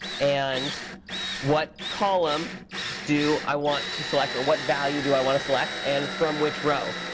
and what column do i want to select, or what value do i want to select and from which row?